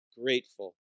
grateful